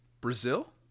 brazil